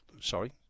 Sorry